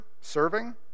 serving